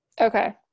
Okay